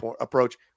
approach